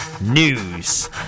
news